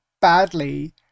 badly